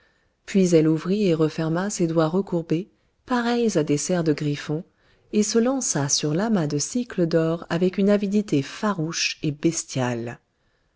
puis elle ouvrit et referma ses doigts recourbés pareils à des serres de griffon et se lança sur l'amas de sicles d'or avec une avidité farouche et bestiale